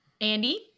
Andy